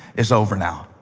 it's over now.